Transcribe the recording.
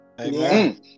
Amen